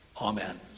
Amen